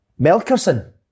Melkerson